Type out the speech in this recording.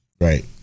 right